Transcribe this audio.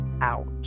out